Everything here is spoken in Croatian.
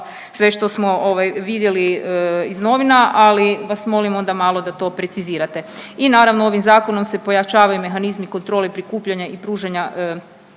sve što smo vidjeli iz novina, ali vas molim onda malo da to precizirate. I naravno, ovim zakonom se pojačavaju mehanizmi kontrole prikupljanja i pružanja